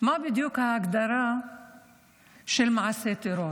מה בדיוק ההגדרה של מעשה טרור.